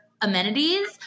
amenities